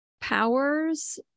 powers